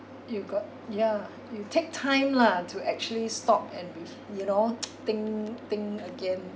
you got yeah you take time lah to actually stop and ref~ you know think think again